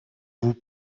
vous